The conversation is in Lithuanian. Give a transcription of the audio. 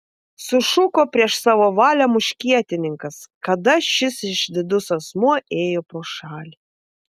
sušuko prieš savo valią muškietininkas kada šis išdidus asmuo ėjo pro šalį